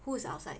who's outside